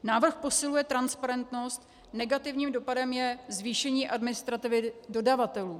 Návrh posiluje transparentnost, negativním dopadem je zvýšení administrativy dodavatelů.